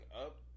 up